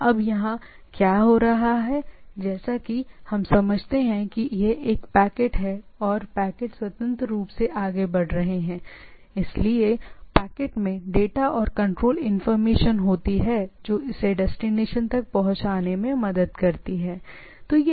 अब यहाँ क्या हो रहा है जैसा कि हम समझते हैं कि यह एक पैकेट है और पैकेट स्वतंत्र रूप से आगे बढ़ रहे हैं इसलिए पैकेट में डेटा और कुछ कंट्रोल इंफॉर्मेशन होती है जो इसे डेस्टिनेशन तक पहुंचाने में मदद करती है सही